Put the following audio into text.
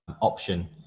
option